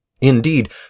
Indeed